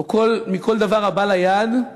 מכל הבא ליד,